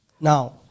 Now